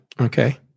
Okay